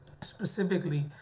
specifically